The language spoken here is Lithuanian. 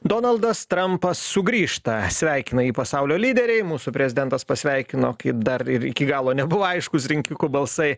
donaldas trampas sugrįžta sveikina jį pasaulio lyderiai mūsų prezidentas pasveikino kaip dar ir iki galo nebuvo aiškūs rinkikų balsai